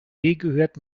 gehört